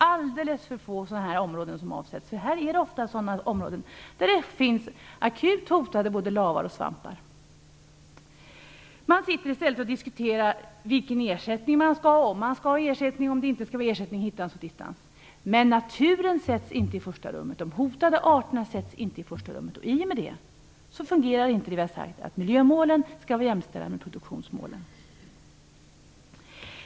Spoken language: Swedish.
Alldeles för få områden avsätts. Här handlar det ofta om områden där det finns akut hotade lavar och svampar. I stället sitter man och diskuterar hit och dit vilken ersättning man skall ha, om det skall finnas någon ersättning, om det inte skall finnas någon ersättning osv. Naturen och de hotade arterna sätts inte i främsta rummet. Därför fungerar inte vad man har sagt om att miljömålen skall vara jämställda med produktionsmålen.